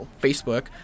Facebook